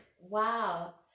Wow